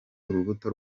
urubuto